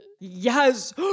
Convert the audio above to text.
yes